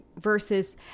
versus